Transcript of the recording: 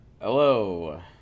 hello